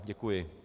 Děkuji.